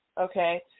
Okay